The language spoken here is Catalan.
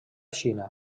xina